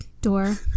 door